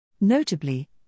Notably